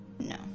No